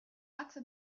achse